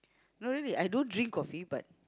no really I don't drink coffee but